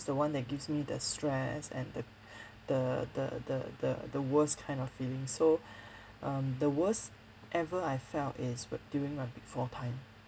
the one that gives me the stress and the the the the the the worst kind of feeling so um the worst ever I felt is wh~ during my before time